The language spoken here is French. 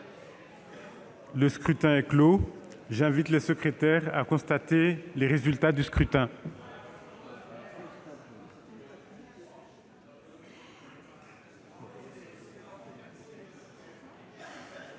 Le scrutin est clos. J'invite Mmes et MM. les secrétaires à constater les résultats du scrutin.